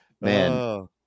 Man